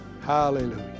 Hallelujah